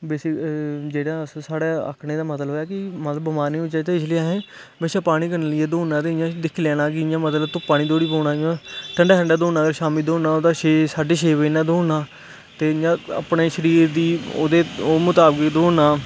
बेसि जेह्ड़ा अस आखने दा मतलब ऐ कि मतलब बमार निं होई जाचै इस लेई अस हमेशा पानी कन्नै लेइयै दौड़ना ते इ'यां दिक्खी लैना मतलब कि धुप्पा निं दौड़ी पौना इ'यां ठंडे ठंडे दौड़ना शाम्मीं दौड़ना होऐ तां छे साढे छे बजे नै दौड़ना ते इ'यां अपने शरीर दी ओह्दे मताबक दौड़ना